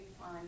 fine